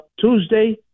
Tuesday